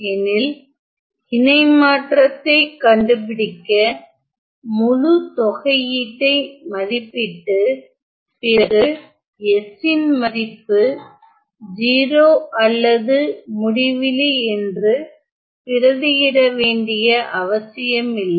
எனில் இணை மாற்றத்தை கண்டுபிடிக்க முழு தொகையீட்டை மதிப்பிட்டு பிறகு S ன் மதிப்பு 0 அல்லது முடிவிலி என்று பிரதியிட வேண்டிய அவசியமில்லை